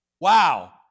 Wow